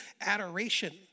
adoration